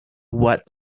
what